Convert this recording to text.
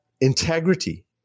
integrity